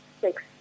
six